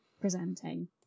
presenting